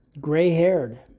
gray-haired